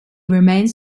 remains